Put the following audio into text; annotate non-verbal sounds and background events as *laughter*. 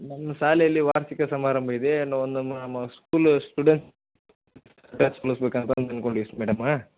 ನಮ್ಮ ಶಾಲೆಯಲ್ಲಿ ವಾರ್ಷಿಕ ಸಮಾರಂಭಯಿದೆ ನಾವು *unintelligible* ಸ್ಕೂಲ್ ಸ್ಟುಡೆ *unintelligible* ಬೇಕಂತ ಅನ್ಕೊಂಡೀವಿ ಮೇಡಮ